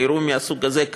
לאירוע מהסוג הזה,